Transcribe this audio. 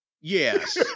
Yes